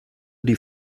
die